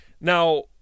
Now